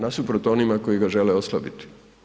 Nasuprot onima koji ga žele oslabiti.